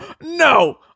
no